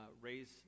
raise